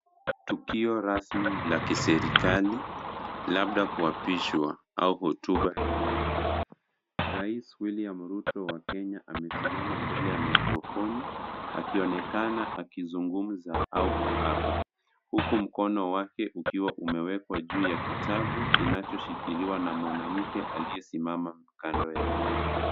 Tukio rasmi la kiserikali labda kuapishwa au hotuba ya umma. Rais William Ruto wa Kenya amesimama mbele ya maikrofoni akionekana akizungumza au kuapa huku mkono wake ukiwa umewekwa juu ya kitabu kinachoshikiliwa na mwanamke aliyesimama kando yake.